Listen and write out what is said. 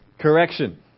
Correction